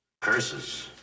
Curses